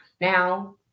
Now